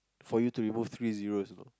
for you to remove three zeroes you know